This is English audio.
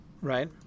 right